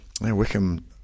Wickham